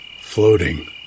floating